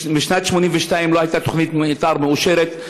משנת 1982 לא הייתה תוכנית מתאר מאושרת.